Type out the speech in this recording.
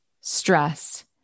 stress